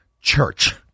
Church